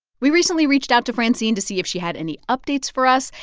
we recently reached out to francine to see if she had any updates for us.